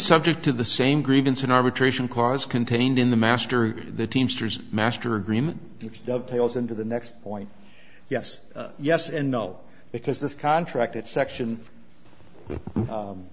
subject to the same grievance an arbitration clause contained in the master the teamsters master agreement which dovetails into the next point yes yes and no because this contract that section